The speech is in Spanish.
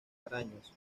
arañas